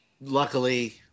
luckily